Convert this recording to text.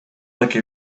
like